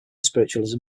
spiritualism